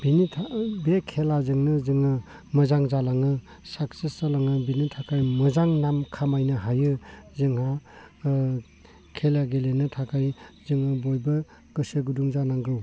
बिनि बे खेलाजोंनो जोङो मोजां जालाङो साक्सेस जालाङो बेनि थाखाय मोजां नाम खामायनो हायो जोंहा खेला गेलेनो थाखाय जों बयबो गोसो गुदुं जानांगौ